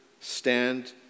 stand